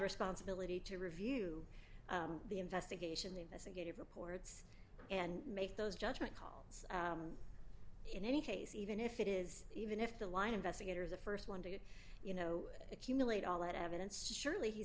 responsibility to review the investigation the investigative reports and make those judgment calls in any case even if it is even if the line investigators the st one to get you know accumulate all that evidence surely he's